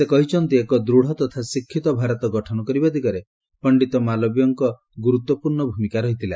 ସେ କହିଛନ୍ତି ଏକ ଦୂଢ଼ ତଥା ଶିକ୍ଷିତ ଭାରତ ଗଠନ କରିବା ଦିଗରେ ପଣ୍ଡିତ ମାଲବୀୟ ଗୁରୁତ୍ୱପୂର୍ଣ୍ଣ ଭୂମିକା ଗ୍ରହଣ କରିଥିଲେ